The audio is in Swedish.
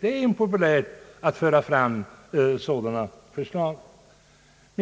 är impopulärt att föra fram sådana förslag.